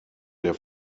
der